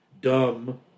dumb